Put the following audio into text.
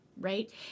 Right